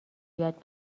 یاد